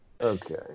Okay